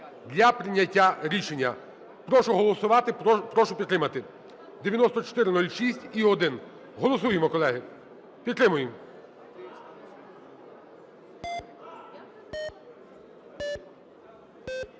для прийняття рішення. Прошу голосувати, прошу підтримати 9406 і …1. Голосуємо, колеги. Підтримуємо.